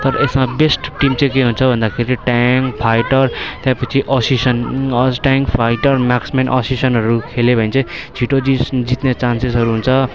तर यसमा best team चाहिँ के हुन्छ भन्दाखेरि ट्याङ्क फाइटर त्यहाँपिच्छे ट्याङ्क फाइटर माक्समेन असासिनहरू खेल्यो भने चाहिँ छिटो जित् जित्ने चान्सेसहरू हुन्छ